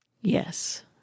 Yes